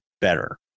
better